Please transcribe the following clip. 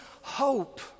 hope